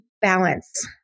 balance